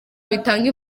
bitanga